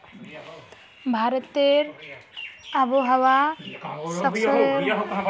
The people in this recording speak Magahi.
भारतेर आबोहवा स्क्वैशेर पैदावारेर तने बहुत बेहतरीन छेक